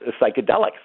Psychedelics